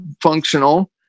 functional